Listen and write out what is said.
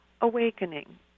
awakening